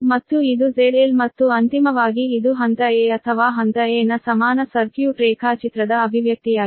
ಮತ್ತು ಇದು ZL ಮತ್ತು ಅಂತಿಮವಾಗಿ ಇದು ಹಂತ a ಅಥವಾ ಹಂತ a ನ ಸಮಾನ ಸರ್ಕ್ಯೂಟ್ ರೇಖಾಚಿತ್ರದ ಅಭಿವ್ಯಕ್ತಿಯಾಗಿದೆ